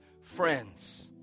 Friends